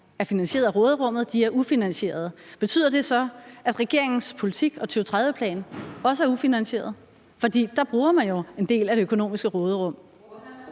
er finansieret af råderummet, er ufinansierede. Betyder det så, at regeringens politik og 2030-plan også er ufinansierede? For der bruger man jo en del af det økonomiske råderum.